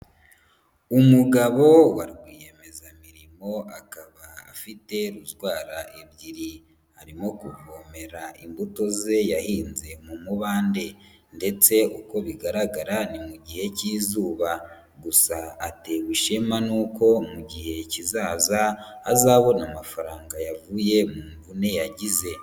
Umugabo wa rwiyemezamirimo akaba afite rozwara ebyiri, arimo kuvomera imbuto ze yahinze mu mubande ndetse uko bigaragara ni mu gihe k'izuba gusa atewe ishema n'uko mu gihe kizaza azabona amafaranga yavuye mu mvune yagize.